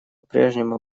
прежнему